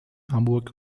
hamburg